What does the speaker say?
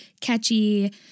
catchy